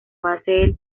base